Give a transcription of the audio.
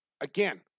again